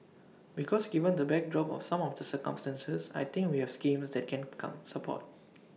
because given the backdrop of some of the circumstances I think we have schemes that can come support